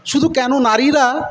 শুধু কেন নারীরা